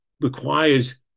requires